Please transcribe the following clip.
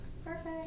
Perfect